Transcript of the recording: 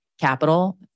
capital